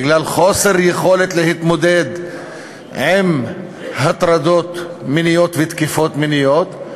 בגלל חוסר יכולת להתמודד עם הטרדות מיניות ותקיפות מיניות.